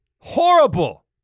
horrible